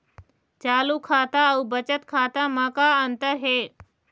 चालू खाता अउ बचत खाता म का अंतर हे?